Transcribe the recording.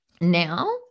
Now